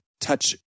touch